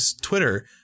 Twitter